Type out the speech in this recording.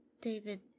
David